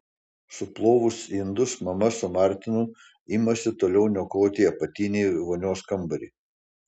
suplovus indus mama su martinu imasi toliau niokoti apatinį vonios kambarį